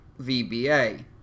VBA